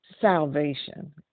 salvation